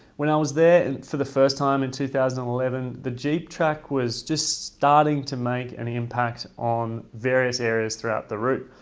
when i was there for the first time in two thousand and eleven the jeep track was just starting to make in impact on various areas throughout the route.